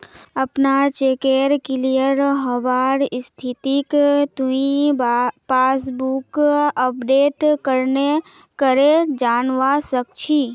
अपनार चेकेर क्लियर हबार स्थितिक तुइ पासबुकक अपडेट करे जानवा सक छी